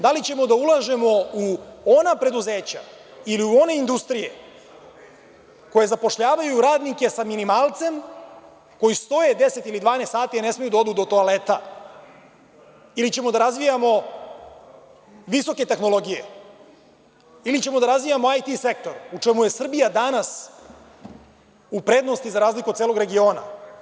Da li ćemo da ulažemo u ona preduzeća ili u one industrije koje zapošljavaju radnike sa minimalcem, koji stoje 10 ili 12 sati, a ne smeju da odu do toaleta, ili ćemo da razvijamo visoke tehnologije, ili ćemo da razvijamo IT sektor, u čemu je Srbija danas u prednosti za razliku od celog regiona?